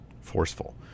forceful